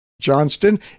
Johnston